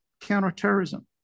counterterrorism